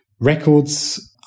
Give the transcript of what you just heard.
records